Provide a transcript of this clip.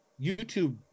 YouTube